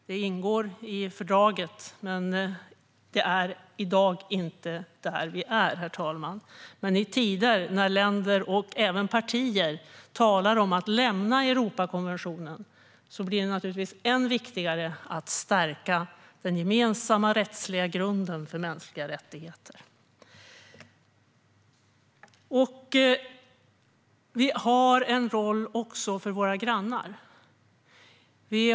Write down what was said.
Det ingår i fördraget, men vi är ännu inte där, herr talman. Men i tider när länder och även partier talar om att lämna Europakonventionen blir det än viktigare att stärka den gemensamma rättsliga grunden för mänskliga rättigheter. Vi har en roll också för våra grannar.